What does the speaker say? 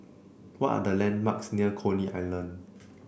what are the landmarks near Coney Island